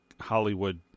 Hollywood